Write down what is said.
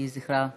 יהי זכרה ברוך.